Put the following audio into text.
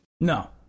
no